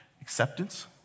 Acceptance